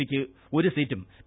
പിക്ക് ഒരു സീറ്റും പി